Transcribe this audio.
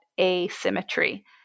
asymmetry